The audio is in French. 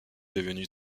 devenue